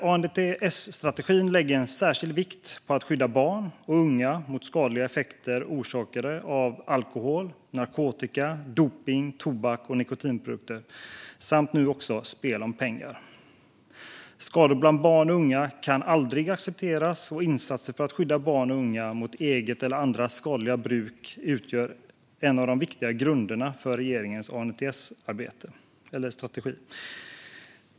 ANDTS-strategin lägger särskild vikt vid att skydda barn och unga mot skadliga effekter orsakade av alkohol, narkotika, dopning, tobak och nikotinprodukter samt nu också spel om pengar. Skador bland barn och unga kan aldrig accepteras, och insatser för att skydda barn och unga mot eget eller andras skadliga bruk utgör en av de viktiga grunderna för regeringens ANDTS-strategi.